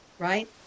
Right